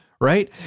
right